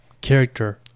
character